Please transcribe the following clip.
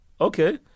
Okay